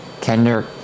Kendrick